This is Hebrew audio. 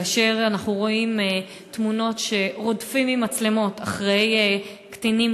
כאשר אנחנו רואים תמונות שרודפים עם מצלמות אחרי קטינים,